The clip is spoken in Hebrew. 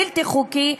בלתי חוקי,